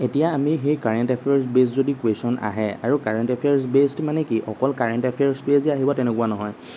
এতিয়া আমি সেই কাৰেণ্ট এফেয়াৰ্চ বেছড্ যদি কোৱেশ্যন আহে আৰু কাৰেণ্ট এফেয়াৰ্চ বেছড্ মানে কি অকল কাৰেণ্ট এফেয়াৰ্চ বেছড যে আহিব তেনেকুৱা নহয়